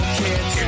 kids